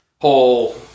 whole